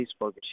facebook